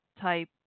type